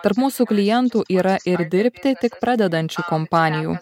tarp mūsų klientų yra ir dirbti tik pradedančių kompanijų